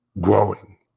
growing